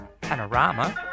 Panorama